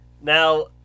Now